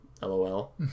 LOL